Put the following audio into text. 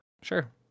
Sure